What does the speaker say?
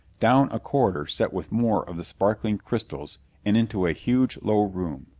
down a corridor set with more of the sparkling crystals and into a huge, low room.